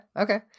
Okay